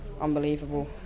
unbelievable